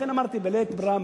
לכן אמרתי בלית ברירה,